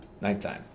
nighttime